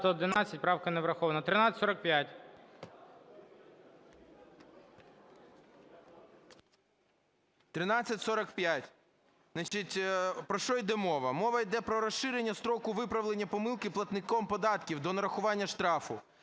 про що Йде мова? Мова йде про розширення строку виправлення помилки платником податків до нарахування штрафу.